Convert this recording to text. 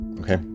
Okay